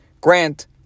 grant